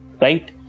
right